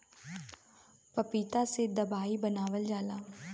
पपीता से दवाई बनावल जाला